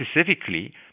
specifically